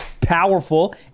powerful